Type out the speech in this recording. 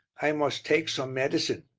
i must take some medicine.